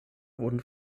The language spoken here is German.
wurden